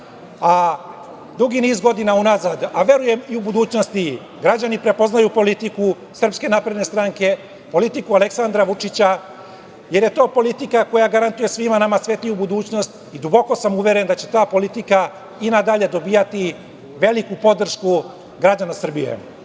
niz godina unazad, a verujem i u budućnosti, građani prepoznaju politiku SNS, politiku Aleksandra Vučića, jer je to politika koja garantuje svima nama svetliju budućnost i duboko sam uveren da će ta politika i nadalje dobijati veliku podršku građana Srbije.